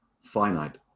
finite